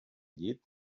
llit